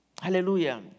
Hallelujah